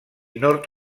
nord